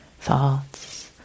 Thoughts